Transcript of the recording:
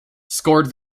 scored